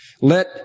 Let